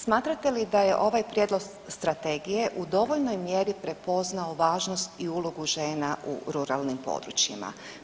Smatrate li da je ovaj prijedlog strategije u dovoljnoj mjeri prepoznao važnost i ulogu žena u ruralnim područjima?